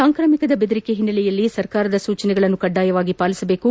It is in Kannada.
ಸಾಂಕ್ರಾಮಿಕದ ಬೆದರಿಕೆಯ ಹಿನ್ನೆಲೆಯಲ್ಲಿ ಸರ್ಕಾರದ ಸೂಚನೆಗಳನ್ನು ಕಡ್ಡಾಯವಗಿ ಪಾಲಿಸಬೇಕು